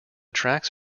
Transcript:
tracks